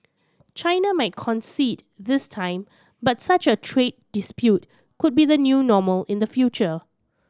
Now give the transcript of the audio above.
China might concede this time but such a trade dispute could be the new normal in the future